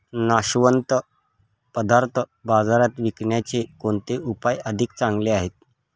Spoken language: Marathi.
नाशवंत पदार्थ बाजारात विकण्याचे कोणते उपाय अधिक चांगले आहेत?